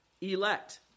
elect